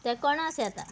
तें कोणोस येता